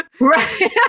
Right